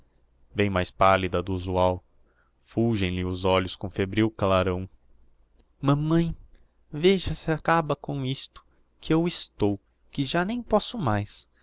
vem mais pallida do usual fulgem lhe os olhos com febril clarão mamã veja se acaba com isto que eu estou que já nem posso mais